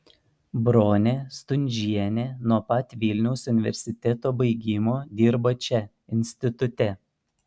bronė stundžienė nuo pat vilniaus universiteto baigimo dirba čia institute